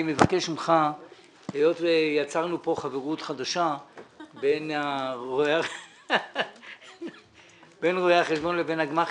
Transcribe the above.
היות ויצרנו פה חברות חדשה בין רואי החשבון לבין הגמ"חים,